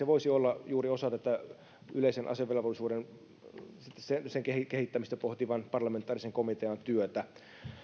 voisi olla juuri osa tätä yleisen asevelvollisuuden kehittämistä pohtivan parlamentaarisen komitean työtä